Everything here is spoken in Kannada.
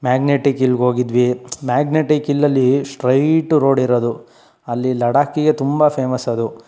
ಮ್ಯಾಗ್ನೆಟಿಕ್ ಹಿಲ್ಗೆ ಹೋಗಿದ್ವಿ ಮ್ಯಾಗ್ನೆಟಿಕ್ ಹಿಲ್ ಅಲ್ಲಿ ಸ್ಟ್ರೈಟ್ ರೋಡ್ ಇರೋದು ಅಲ್ಲಿ ಲಡಾಕಿಗೆ ತುಂಬ ಫೇಮಸ್ ಅದು